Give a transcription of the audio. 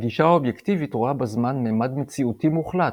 הגישה האובייקטיבית רואה בזמן ממד מציאותי מוחלט,